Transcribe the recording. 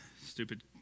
stupid